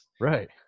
Right